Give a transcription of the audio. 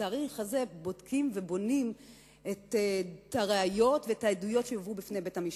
בהליך הזה בודקים ובונים את הראיות ואת העדויות שיובאו בפני בית-המשפט.